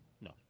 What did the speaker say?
no